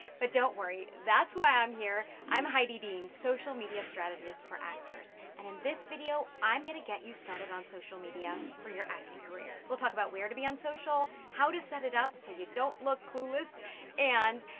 but don't worry, that's why i'm here. i'm heidi dean, social media strategists for actors. and in this video i'm gonna get you started on social media, for your acting career. we'll talk about where to be on social, how to set it up, so you don't look clueless and,